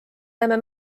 näeme